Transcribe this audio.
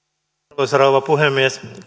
arvoisa rouva puhemies